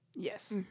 Yes